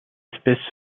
espèce